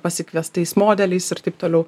pasikviestais modeliais ir taip toliau